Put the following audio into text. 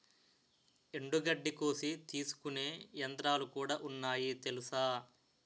ఎండుగడ్డి కోసి తీసుకునే యంత్రాలుకూడా ఉన్నాయి తెలుసా?